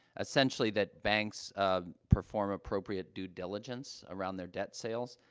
essentially, that banks, um, perform appropriate due diligence around their debt sales.